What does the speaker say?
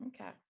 Okay